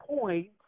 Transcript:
point